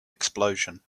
explosion